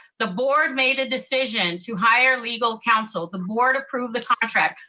the board made a decision to hire legal council. the board approved the contract.